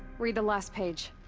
read the last page.